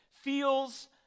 feels